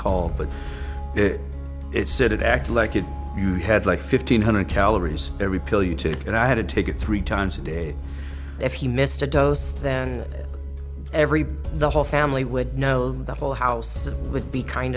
called but it said it act like it had like fifteen hundred calories every pill you tip and i had to take it three times a day if you missed a dose then every the whole family would know the whole house would be kind